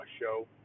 show